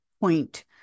point